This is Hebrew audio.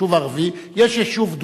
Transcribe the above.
יש יישוב ערבי,